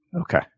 Okay